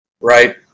right